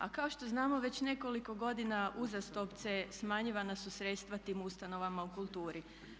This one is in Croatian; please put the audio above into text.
A kao što znamo već nekoliko godina uzastopce smanjivana su sredstva tim ustanovama u kulturi.